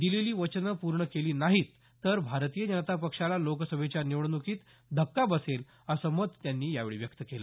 दिलेली वचनं पूर्ण केली नाहीत तर भारतीय जनता पक्षाला लोकसभेच्या निवडणुकीत धक्का बसेल असं मत त्यांनी यावेळी व्यक्त केलं